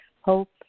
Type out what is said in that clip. hope